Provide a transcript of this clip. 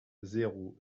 zéro